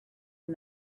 and